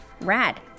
Rad